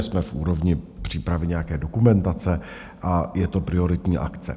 Jsme v úrovni přípravy nějaké dokumentace a je to prioritní akce.